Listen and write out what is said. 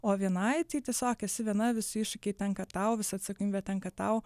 o vienai tai tiesiog esi viena visi iššūkiai tenka tau visa atsakomybė tenka tau